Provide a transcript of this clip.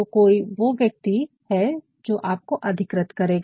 तो कोई वो व्यक्ति है जो आपको अधिकृत करेगा